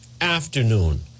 afternoon